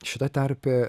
šita tarpė